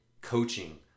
coaching